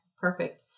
perfect